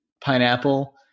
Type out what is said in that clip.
pineapple